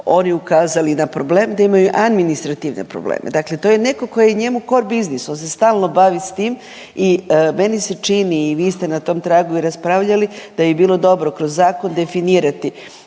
oni ukazali na problem da imaju administrativne probleme, dakle to je neko ko je njemu cor biznis on se stalno bavi s tim. I meni se čini i vi ste na tom tragu i raspravljali da bi bilo dobro kroz zakon definirati